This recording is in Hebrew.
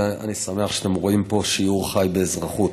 ואני שמח שאתם רואים פה שיעור חי באזרחות.